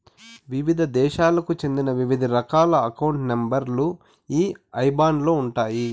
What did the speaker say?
వివిధ దేశాలకు చెందిన వివిధ రకాల అకౌంట్ నెంబర్ లు ఈ ఐబాన్ లో ఉంటాయి